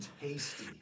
Tasty